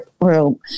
room